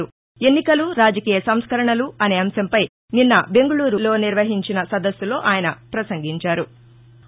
ఎన్నికలు రాజకీయ సంస్కరణలు అనే అంశంపై నిన్న బెంగళూరు నిర్వహించిన సదస్సులో ఆయన పసంగించారు